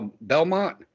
Belmont